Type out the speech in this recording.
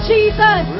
Jesus